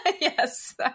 Yes